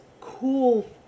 cool